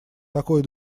такой